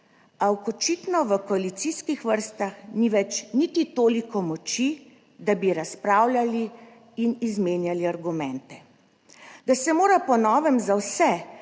v koalicijskih vrstah ni več niti toliko moči, da bi razpravljali in izmenjali argumente, da se mora po novem za vse,